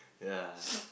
yea